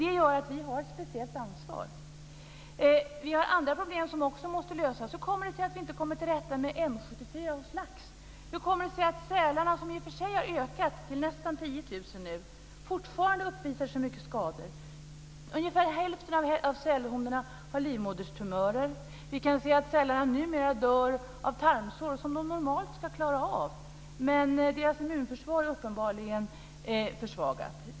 Det gör att vi har ett speciellt ansvar. Hur kommer det sig att vi inte kommer till rätta med M 74 hos lax? Hur kommer det sig att sälarna, som i och för sig har ökat i antal till nästan 10 000, fortfarande uppvisar så mycket skador? Ungefär hälften av sälhonorna har livmoderstumörer. Deras immunförsvar är uppenbarligen försvagat.